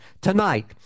tonight